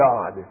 God